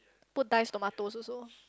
put diced tomatoes also